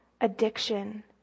addiction